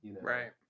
Right